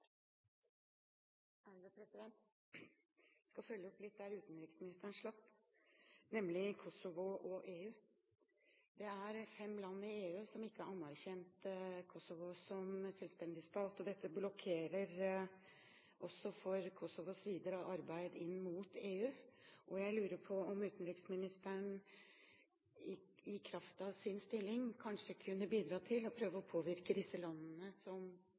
ikke har anerkjent Kosovo som selvstendig stat, og dette blokkerer for Kosovos videre arbeid inn mot EU. Jeg lurer på om utenriksministeren i kraft av sin stilling kanskje kunne bidra til å påvirke disse landene som